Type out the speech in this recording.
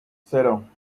cero